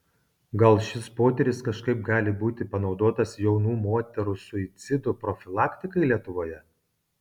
gal šis potyris kažkaip gali būti panaudotas jaunų moterų suicido profilaktikai lietuvoje